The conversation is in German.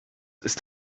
ist